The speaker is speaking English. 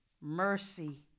Mercy